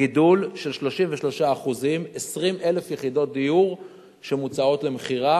גידול של 33% 20,000 יחידות דיור שמוצעות למכירה.